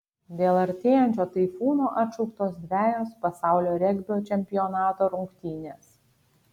dėl artėjančio taifūno atšauktos dvejos pasaulio regbio čempionato rungtynės